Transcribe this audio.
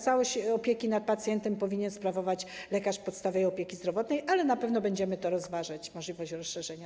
Całość opieki nad pacjentem powinien sprawować lekarz podstawowej opieki zdrowotnej, ale na pewno będziemy rozważać możliwość rozszerzenia.